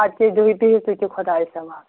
اَدٕ کیٛاہ دِیِو بِہِو تُہۍ تہِ خۄدایَس حَوال